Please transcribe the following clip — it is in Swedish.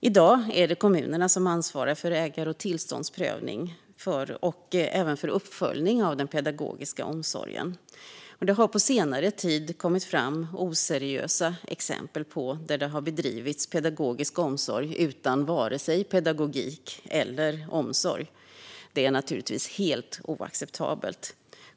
I dag är det kommunerna som ansvarar för ägar och tillståndsprövning och även för uppföljning av den pedagogiska omsorgen. Det har på senare tid kommit fram oseriösa exempel där det bedrivs pedagogisk omsorg utan vare sig pedagogik eller omsorg. Det är naturligtvis helt oacceptabelt.